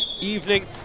evening